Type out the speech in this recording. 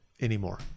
anymore